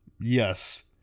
Yes